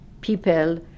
people